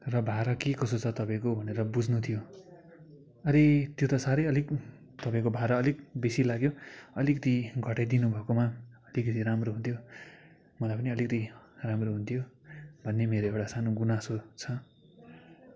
र भाडा के कसो छ तपाईँको भनेर बुझ्नु थियो अरे त्यो त साह्रै अलिक तपाईँको भाडा अलिक बेसी लाग्यो अलिकति घटाइदिनु भएकोमा अलिकति राम्रो हुन्थ्यो मलाई पनि अलिकति राम्रो हुन्थ्यो भन्ने मेरो एउटा सानो गुनासो छ